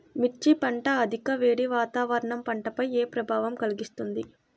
మిర్చి పంట అధిక వేడి వాతావరణం పంటపై ఏ ప్రభావం కలిగిస్తుంది?